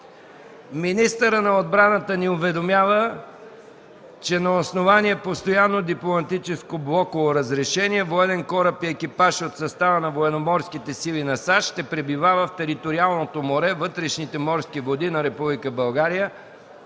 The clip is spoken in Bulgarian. Министърът на отбраната ни уведомява, че на основание постоянно дипломатическо блоково разрешение военен кораб и екипаж от състава на Военноморските сили на САЩ ще пребивава в териториалното море, вътрешните морски води на Република България